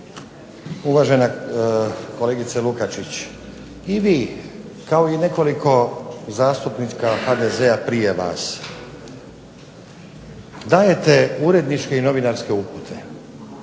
Uvažena kolegice Lukačić. I vi kao i nekoliko zastupnika HDZ-a prije vas dajete uredničke i novinarske upute